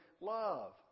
love